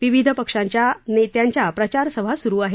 विविध पक्षांच्या नेत्यांच्या प्रचारसभा सुरु आहेत